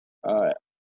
uh